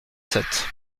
sept